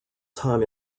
time